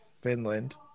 Finland